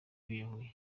biyahuye